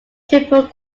triple